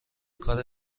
کار